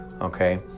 okay